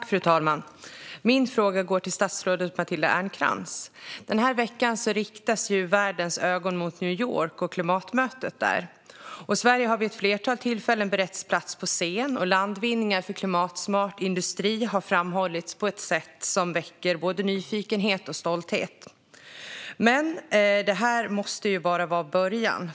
Fru talman! Min fråga går till statsrådet Matilda Ernkrans. Den här veckan riktas världens ögon mot New York och klimatmötet där. Sverige har vid ett flertal tillfällen beretts plats på scen, och landvinningar för klimatsmart industri har framhållits på ett sätt som väcker både nyfikenhet och stolthet. Men det måste bara vara början.